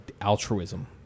altruism